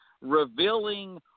revealing